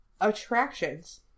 attractions